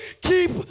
keep